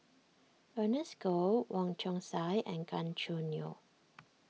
Ernest Goh Wong Chong Sai and Gan Choo Neo